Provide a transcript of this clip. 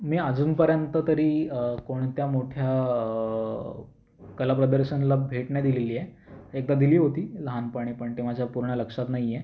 मी अजूनपर्यंत तरी कोणत्या मोठ्या कलाप्रदर्शनाला भेट नाही दिलेली आहे एकदा दिली होती लहानपणी पण ते माझ्या पूर्ण लक्षात नाही आहे